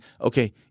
okay